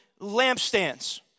lampstands